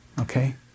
Okay